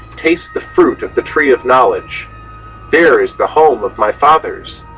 taste the fruit of the tree of knowledge there is the home of my fathers.